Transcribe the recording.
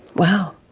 wow,